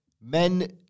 men